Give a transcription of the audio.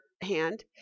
hand